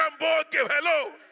Hello